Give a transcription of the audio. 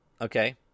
okay